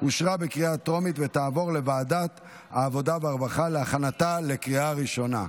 לוועדת העבודה והרווחה נתקבלה.